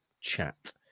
chat